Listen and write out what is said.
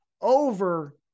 over